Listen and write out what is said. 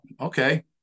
okay